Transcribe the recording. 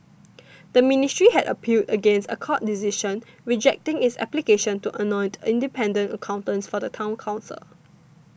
the ministry had appealed against a court decision rejecting its application to appoint independent accountants for the Town Council